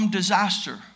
disaster